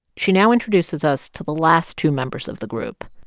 she now introduces us to the last two members of the group.